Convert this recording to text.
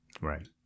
Right